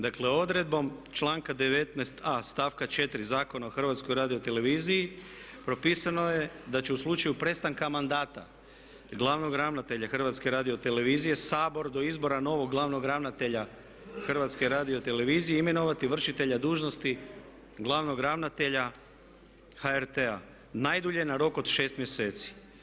Dakle odredbom članka 19.a stavka 4. Zakona o HRT-u propisano je da će u slučaju prestanka mandata glavnog ravnatelja HRT-a Sabor do izbora novog glavnog ravnatelja HRT-a imenovati vršitelja dužnosti glavnog ravnatelja HRT-a najdulje na rok od 6 mjeseci.